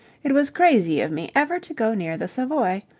it was crazy of me ever to go near the savoy.